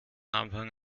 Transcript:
anfang